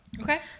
Okay